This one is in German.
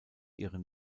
ihren